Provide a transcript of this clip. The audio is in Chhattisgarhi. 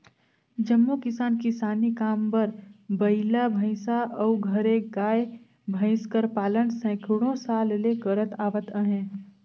जम्मो किसान किसानी काम बर बइला, भंइसा अउ घरे गाय, भंइस कर पालन सैकड़ों साल ले करत आवत अहें